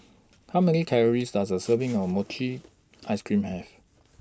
How Many Calories Does A Serving of Mochi Ice Cream Have